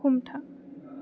हमथा